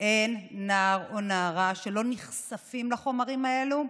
אין נער או נערה שלא נחשפים לחומרים האלה,